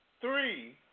three